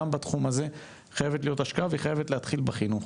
גם בתחום הזה חייבת להשקעה והיא חייבת להתחיל בחינוך.